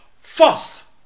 first